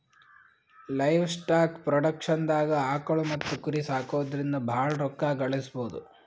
livestock ಪ್ರೊಡಕ್ಷನ್ದಾಗ್ ಆಕುಳ್ ಮತ್ತ್ ಕುರಿ ಸಾಕೊದ್ರಿಂದ ಭಾಳ್ ರೋಕ್ಕಾ ಗಳಿಸ್ಬಹುದು